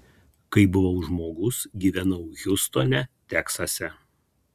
kai buvau žmogus gyvenau hjustone teksase